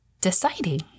deciding